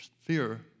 fear